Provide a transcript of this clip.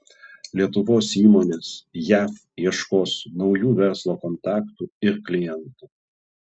lietuvos įmonės jav ieškos naujų verslo kontaktų ir klientų